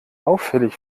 auffällig